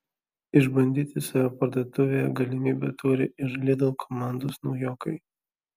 išbandyti save parduotuvėje galimybę turi ir lidl komandos naujokai